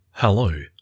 Hello